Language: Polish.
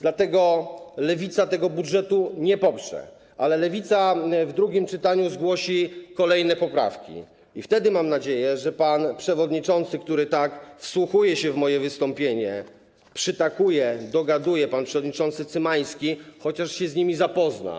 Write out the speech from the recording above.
Dlatego Lewica tego budżetu nie poprze, ale w drugim czytaniu zgłosi kolejne poprawki i wtedy, mam nadzieję, pan przewodniczący, który tak wsłuchuje się w moje wystąpienie, przytakuje, dogaduje - pan przewodniczący Cymański - chociaż się z nimi zapozna.